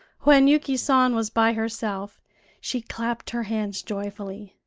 when yuki san was by herself she clapped her hands joyfully.